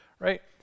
right